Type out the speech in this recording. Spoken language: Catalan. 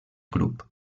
grup